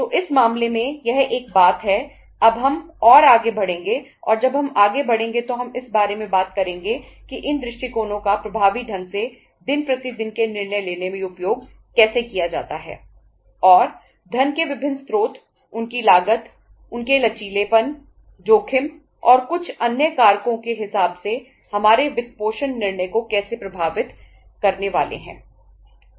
तो इस मामले में यह एक बात है अब हम और आगे बढ़ेंगे और जब हम आगे बढ़ेंगे तो हम इस बारे में बात करेंगे कि इन दृष्टिकोणों का प्रभावी ढंग से दिन प्रति दिन के निर्णय लेने में उपयोग कैसे किया जाता है और धन के विभिन्न स्रोत उनकी लागत उनके लचीलेपन जोखिम और कुछ अन्य कारको के हिसाब से हमारे वित्तपोषण निर्णय को कैसे प्रभावित करने वाले हैं